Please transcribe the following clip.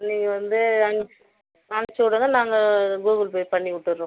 நீங்கள் வந்து அனுப் அனுச்சிவுடுங்க நாங்கள் கூகுள்பே பண்ணி விட்டுறோம்